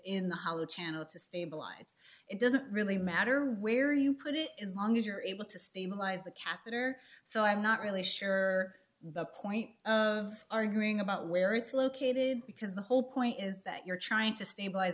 hollow channel to stabilize it doesn't really matter where you put it in long as you're able to steam by the catheter so i'm not really sure the point of arguing about where it's located because the whole point is that you're trying to stabilize